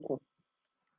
ku